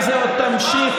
אתם במו ידיכם,